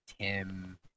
Tim